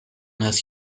his